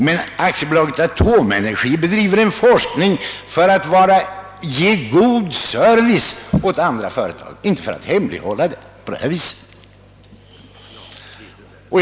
AB Atomenergi bedriver emellertid en forskning för att ge god service åt andra företag, inte för att hemlighålla uppgifter på det här sättet.